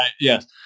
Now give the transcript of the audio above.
yes